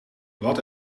wat